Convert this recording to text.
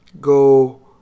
go